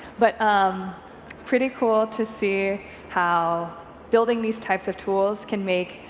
but um pretty cool to see how building these types of tools can make